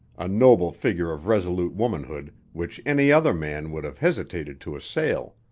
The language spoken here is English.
a noble figure of resolute womanhood which any other man would have hesitated to assail.